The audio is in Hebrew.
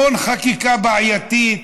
המון חקיקה בעייתית,